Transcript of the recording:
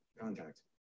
contact